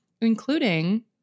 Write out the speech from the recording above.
including